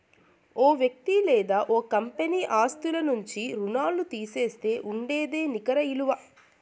ఓ వ్యక్తి లేదా ఓ కంపెనీ ఆస్తుల నుంచి రుణాల్లు తీసేస్తే ఉండేదే నికర ఇలువ